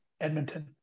Edmonton